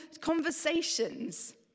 conversations